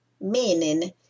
meaning